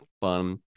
fun